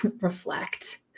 reflect